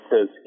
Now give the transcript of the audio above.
says